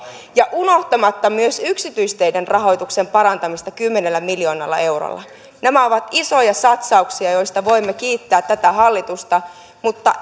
ja unohtamatta myös yksityisteiden rahoituksen parantamista kymmenellä miljoonalla eurolla nämä ovat isoja satsauksia joista voimme kiittää tätä hallitusta mutta